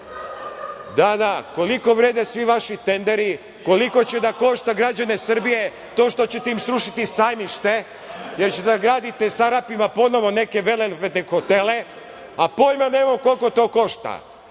naroda, koliko vrede svi vaši tenderi, koliko će da košta građane Srbije to što ćete im srušiti Sajmište, jer ćete da gradite sa Arapima ponovo neke velelepne hotele, a pojma nemam koliko to košta.